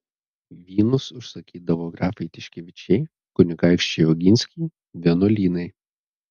vynus užsakydavo grafai tiškevičiai kunigaikščiai oginskiai vienuolynai